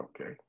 Okay